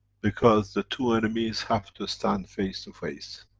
because the two enemies have to stand face to face,